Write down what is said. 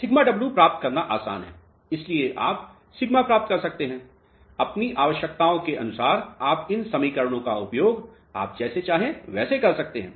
σw प्राप्त करना आसान है इसलिए आप σ प्राप्त कर सकते हैं अपनी आवश्यकताओं के अनुसार आप इन समीकरणों का उपयोग आप जैसे चाहें वैसे कर सकते हैं